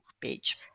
page